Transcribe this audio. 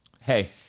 hey